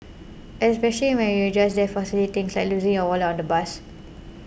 especially when you're just there for silly things like losing your wallet on the bus